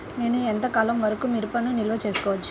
నేను ఎంత కాలం వరకు మిరపను నిల్వ చేసుకోవచ్చు?